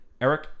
Eric